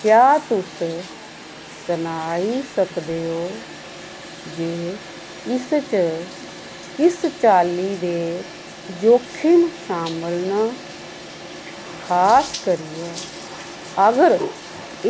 क्या तुस सनाई सकदे ओ जे इस च किस चाल्ली दे जोखम शामल न खास करियै अगर